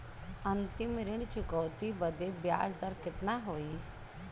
अंतिम ऋण चुकौती बदे ब्याज दर कितना होई?